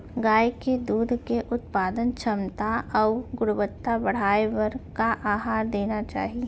गाय के दूध के उत्पादन क्षमता अऊ गुणवत्ता बढ़ाये बर का आहार देना चाही?